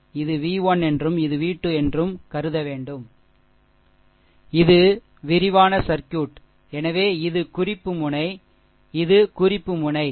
இது v 1 என்றும் இது v 2 என்றும் நீங்கள் கருத வேண்டும் எனவே இது விரிவான சர்க்யூட்எனவே இது குறிப்பு முனை இது குறிப்பு முனை சரி